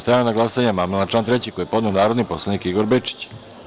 Stavljam na glasanje amandman na član 3. koji je podneo narodni poslanik Igor Bečić.